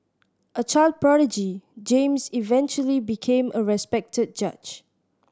a child prodigy James eventually became a respected judge